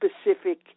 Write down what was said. specific